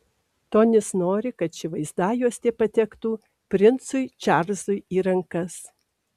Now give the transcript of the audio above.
tonis nori kad ši vaizdajuostė patektų princui čarlzui į rankas